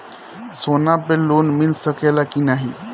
सोना पे लोन मिल सकेला की नाहीं?